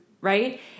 right